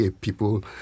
people